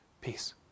Peace